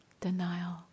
denial